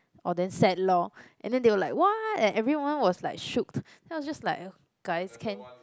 orh then sad lor and then they were like what and everyone was like shooked then I was just like guys can